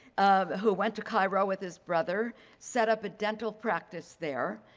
um who went to cairo with his brother set up a dental practice there.